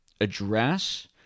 address